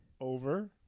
Over